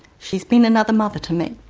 she's been another mother to me.